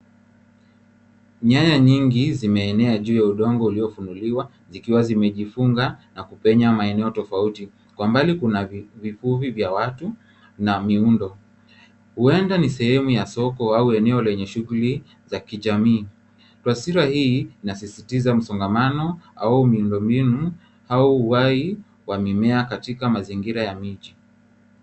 Nyaya nyingi zimeenea kwenye udongo uliofunguliwa zikiwa zimejifunga na kupenya maeneo tofauti. Kwa mbali kuna vivuli vya watu na miundo. Huenda ni sehemu ya soko au eneo lenye shughuli za kijamii. Taswira hii inasisitiza msongamano au miundombinu au uhai wa mimea katika mazingira ya miji.